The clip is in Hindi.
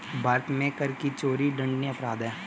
भारत में कर की चोरी दंडनीय अपराध है